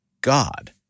God